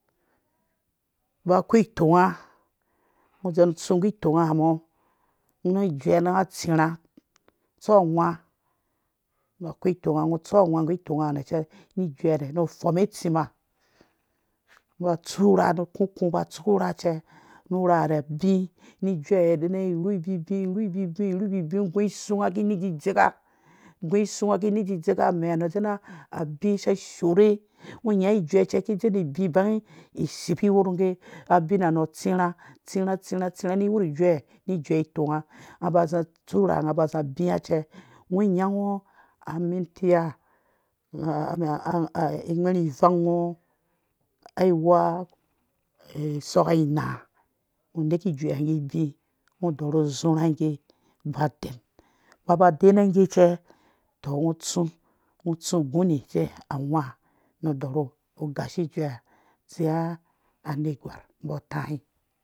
Ba akwgi itonga ngɔ wedzen tsu nggi itɔmgaha mɔnu ijuɛ nga tsirha tsu awha ba akwai itɔnga ngɔ tsu awha nggu itɔngaha nɔ cɛ nu ijuɛha nu fɔme utsima ba tsu rha nu ku uku ba tsuku rha cɛ nu rha bi nu ijuɛ wedzɛn nu rru bibi rrubib rru bibi ngɔ gu suwa kini ni dzidzeka gu isuwa kini dzidzeka amɛ ha nɔ wedzɛn na abi cɛ shorha ngɔ nua ijuɛ cɛ ki dzɛ ni bi bangi sipi yorh ngge abina nɔ tsirha tsirha tsirha tsirha nu yorh ijuɛ nu iju tɔnga nga ba zi tsu rhaha nga ba zi abai cɛ ngɔ nyango amnintiya wherhi ivang ngɔ awuwa soka inaa ngɔ neke ijuɛ ha ngge ibi ngɔ dorhu zurha ngga ba den ba ba denɔ ngge cɛ tɔ ngɔ tsu guni cɛ awha nu ddorhu gashi ijuɛ ha dzowe anerh gwarmbɔ atai